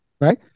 Right